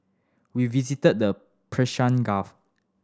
we visited the Persian Gulf